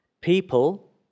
people